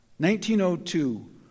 1902